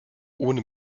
ohne